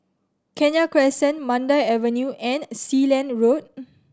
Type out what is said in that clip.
Kenya Crescent Mandai Avenue and Sealand Road